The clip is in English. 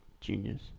Genius